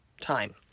time